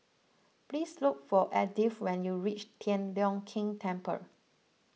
please look for Edythe when you reach Tian Leong Keng Temple